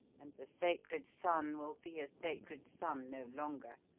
and the sacred son will be a sacred son no longer.